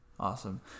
Awesome